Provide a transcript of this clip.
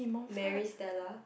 Maris-Stella